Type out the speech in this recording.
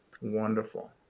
Wonderful